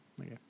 Okay